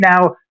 now